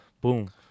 boom